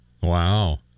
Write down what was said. Wow